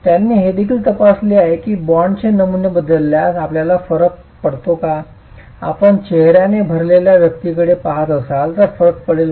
त्यांनी हे देखील तपासले की बाँडचे नमुने बदलल्यास आपल्याला फरक पडतो का आपण चेहर्याने भरलेल्या व्यक्तीकडे पहात असाल तर फरक पडेल का